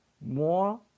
more